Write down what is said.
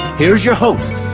here's your host,